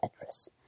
address